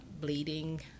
bleeding